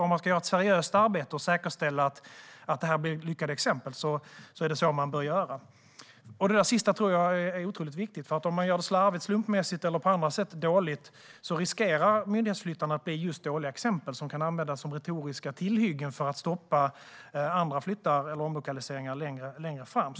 Om man ska göra ett seriöst arbete och säkerställa att detta blir lyckade exempel är det så man bör göra. Det sista tror jag är otroligt viktigt. Om man gör det slarvigt, slumpmässigt eller dåligt på något annat sätt riskerar myndighetsflyttarna att bli just dåliga exempel som kan användas som retoriska tillhyggen för att stoppa andra flyttar eller omlokaliseringar längre fram.